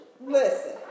Listen